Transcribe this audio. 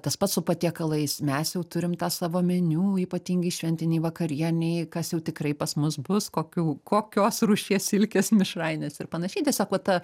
tas pats su patiekalais mes jau turim tą savo meniu ypatingai šventinei vakarienei kas jau tikrai pas mus bus kokių kokios rūšies silkės mišrainės ir panašiai tiesiog va ta